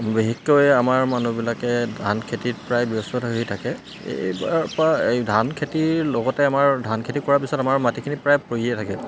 বিশেষকৈ আমাৰ মানুহবিলাকে ধান খেতিত প্ৰায় ব্যস্ত থাকি থাকে এইবাৰ পৰা এই ধান খেতিৰ লগতে আমাৰ ধান খেতি কৰাৰ পিছত আমাৰ মাটিখিনি প্ৰায় পৰিয়ে থাকে